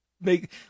Make